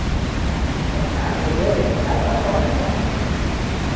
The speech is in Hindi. पचास रुपए दे देना बस और क्या है